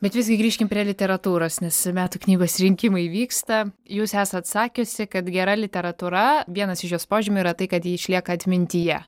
bet visgi grįžkim prie literatūros nes metų knygos rinkimai vyksta jūs esat sakiusi kad gera literatūra vienas iš jos požymių yra tai kad ji išlieka atmintyje